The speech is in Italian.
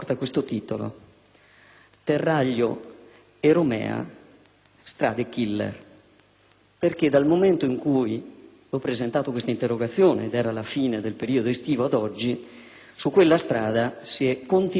«Terraglio e Romea, strade killer». Infatti, dal momento in cui ho presentato questa interrogazione - era la fine del periodo estivo - ad oggi, su quella strada si è continuato a morire.